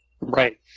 Right